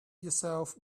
yourself